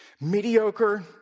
Mediocre